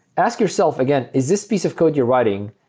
ask yourself, again, is this piece of code you're writing,